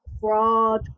fraud